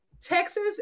Texas